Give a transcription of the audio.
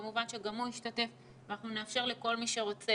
כמובן שהוא גם ישתתף ואנחנו נאפשר לכל מי שרוצה